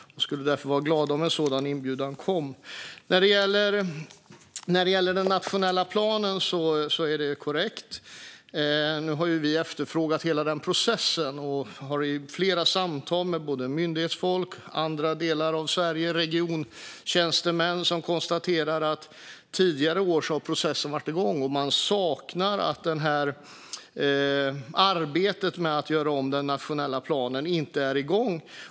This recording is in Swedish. Vi skulle därför vara glada om en sådan inbjudan kom. När det gäller den nationella planen är det korrekt. Nu har vi efterfrågat hela processen och har haft flera samtal med både myndighetsfolk och andra delar av Sverige, till exempel regiontjänstemän, som konstaterar att tidigare år har processen varit igång. De saknar arbetet med att göra om den nationella planen eftersom det inte är igång.